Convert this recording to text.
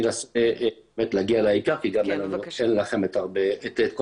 אני אנסה להגיע לעיקר כי גם אין לכם את כל